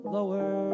Lower